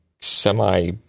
semi